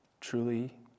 truly